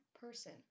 person